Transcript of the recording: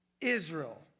Israel